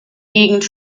gegend